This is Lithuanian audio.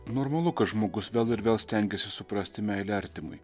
normalu kad žmogus vėl ir vėl stengiasi suprasti meilę artimui